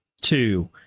two